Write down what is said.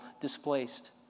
displaced